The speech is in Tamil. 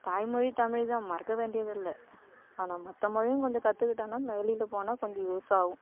தாய்மொழி தமிழ்தான் மறக்க வேண்டியதில்லை ஆனால் மற்ற மொழியும் கொஞ்சம் கற்றுக்கிட்டோனா நம்ம வெளியில் போனால் கொஞ்சம் யூஸாகும்